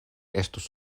estus